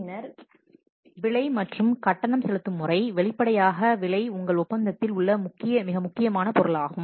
பின்னர் விலை மற்றும் கட்டணம் செலுத்தும் முறை வெளிப்படையாக விலை உங்கள் ஒப்பந்தத்தில் உள்ள மிக முக்கியமான பொருளாகும்